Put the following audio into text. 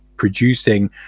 producing